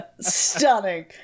Stunning